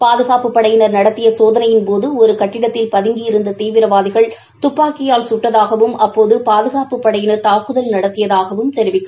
பாதுகாப்புப் படையினா் நடத்திய சோதனையின்போது ஒரு கட்டிடத்தில் பதுங்கி இருந்த தீவிரவாதிகள் துப்பாக்கியால் சுட்டதாகவும் அப்போது பாதுகாப்புப் படையினா் தாக்குதல் நடத்தினா்